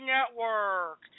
Network